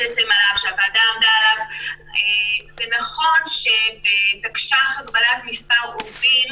זה נכון שבתקש"ח הגבלת מספר עובדים,